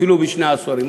אפילו בשני העשורים,